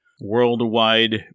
worldwide